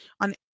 on